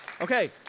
Okay